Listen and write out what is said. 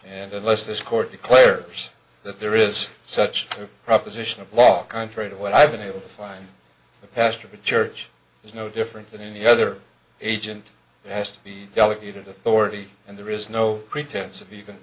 and unless this court declares that there is such a proposition of law contrary to what i've been able to find the pastor of a church is no different than any other agent has the delegated authority and there is no pretense of even